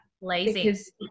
Lazy